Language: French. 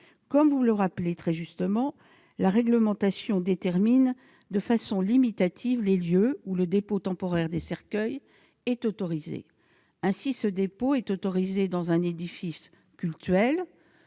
Comme vous le rappelez très justement, la réglementation détermine de manière limitative les lieux où le dépôt temporaire des cercueils est autorisé. Ainsi, ce dépôt est autorisé dans un édifice cultuel,